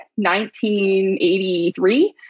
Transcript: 1983